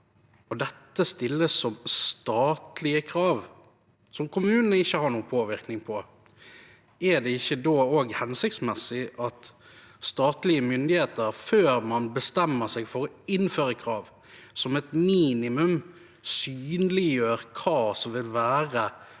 Dette stilles som statlige krav, som kommunene ikke har noen påvirkning på. Er det ikke da hensiktsmessig at statlige myndigheter, før man bestemmer seg for å innføre krav, som et minimum synliggjør hva som vil være